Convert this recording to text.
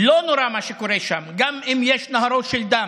לא נורא, מה שקורה שם, גם אם יש נהרות של דם.